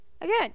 Again